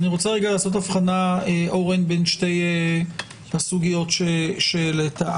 אורן, אני רוצה להבחין בין שתי הסוגיות שהעלית.